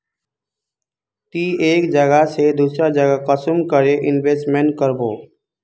ती एक जगह से दूसरा जगह कुंसम करे इन्वेस्टमेंट करबो?